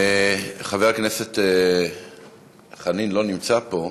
חבר הכנסת חנין לא נמצא פה.